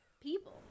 people